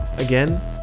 Again